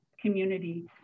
community